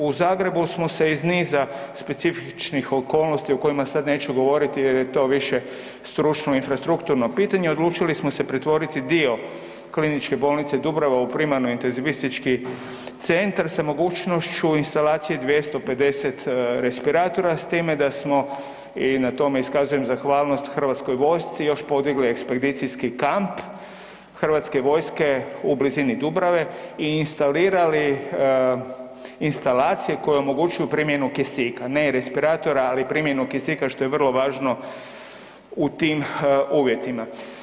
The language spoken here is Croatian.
U Zagrebu smo se iz niz specifičnih okolnosti, o kojima sada neću govoriti jel je to više stručno infrastrukturno pitanje odlučili smo se pretvoriti dio KBC Dubrava u primarno intenzivistički centar sa mogućnošću instalacije 250 respiratora s time da smo, i na tome iskazujem zahvalnost HV-u i još podigli ekspedicijski kamp HV-a u blizini Dubrave i instalirali instalacije koje omogućuju primjenu kisika, ne respiratora, ali primjenu kisika što je vrlo važno u tim uvjetima.